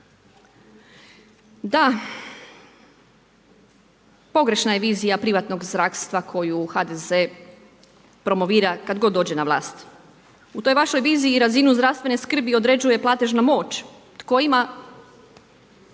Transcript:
Da, pogrešna je vizija privatnog zdravstva koju HDZ promovira kad god dođe na vlast. U toj vašoj viziji i razinu zdravstvene skrbi određuje platežna moć. Tko